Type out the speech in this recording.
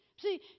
See